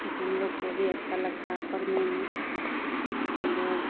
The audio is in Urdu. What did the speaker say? ہم لوگ کو بھی اچھا لگتا ہے پڑھنے میں ہم لوگ